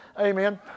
Amen